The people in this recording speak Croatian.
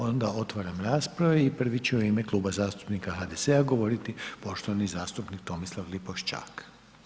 Onda otvaram raspravu i prvi će u ime Kluba zastupnika HDZ-a govoriti poštovani zastupnik Tomislav Lipošćak.